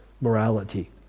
morality